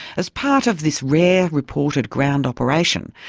as part of this rare reported ground operation,